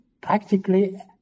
practically